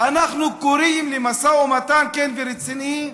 אנחנו קוראים למשא ומתן כן ורציני,